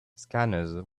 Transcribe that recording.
scanners